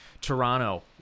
Toronto